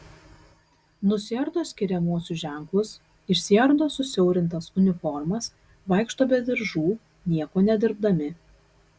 nusiardo skiriamuosius ženklus išsiardo susiaurintas uniformas vaikšto be diržų nieko nedirbdami